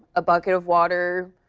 a bucket of water.